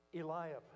Eliab